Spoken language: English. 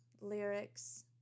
lyrics